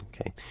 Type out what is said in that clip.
Okay